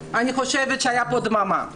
אני חושבת שהייתה כאן דממה.